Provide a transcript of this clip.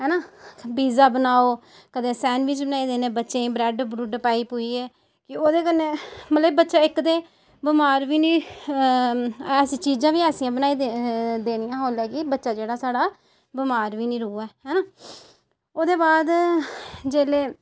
हैना पीजा बनाओ कदें सैंडबिच बनाई देने बच्चें गी ब्रैड ब्रुड पाई पुइये ते ओह्दे कन्नै मतलब बच्चे इक ते बमार बी नी अस चीजां बी ऐसियां बनाई देनियां मतलब कि बच्चा जेह्ड़ा स्हाड़ा बमार बी नी रौवे हैना ओह्दे बाद जेल्ले